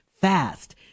fast